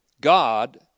God